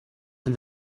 and